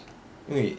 因为